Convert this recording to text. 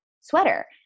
sweater